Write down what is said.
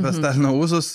apie stalino ūsus